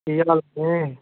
ਕੀ ਹਾਲ ਨੇ